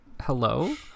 hello